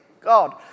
God